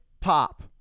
pop